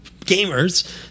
gamers